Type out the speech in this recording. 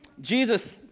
Jesus